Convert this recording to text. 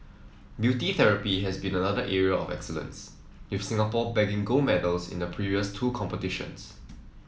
beauty therapy has been another area of excellence with Singapore bagging gold medals in the previous two competitions